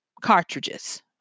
cartridges